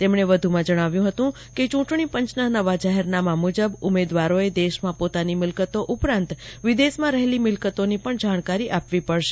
તેમને વધુમાં જજ્ઞાવ્યું હતું કે ચુંટણી પંચના નવા જાહેરનામા મુજબ ઉમેદવારોએ દેશમાં પોતાની મિલકતો ઉપરાંત વિદેશમાં રહેલી મિલકતોની પણ જાણકારી આપવી પડશે